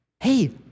hey